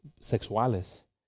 sexuales